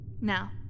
Now